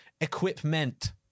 equipment